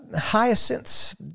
hyacinths